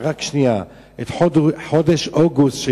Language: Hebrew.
את חודש אוגוסט,